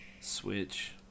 Switch